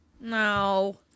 No